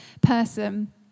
person